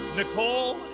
Nicole